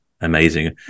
Amazing